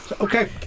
Okay